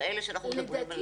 כאלה שעליהם אנחנו מדברים.